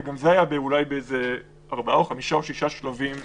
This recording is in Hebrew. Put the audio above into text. וגם זה היה בארבעה או חמישה או שישה שלבים במדורג.